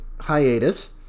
hiatus